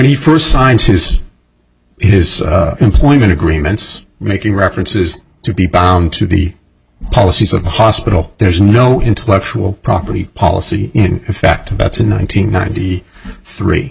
he first signed his his employment agreements making references to be bound to the policies of the hospital there is no intellectual property policy in fact that's a nine hundred ninety three